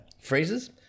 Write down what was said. phrases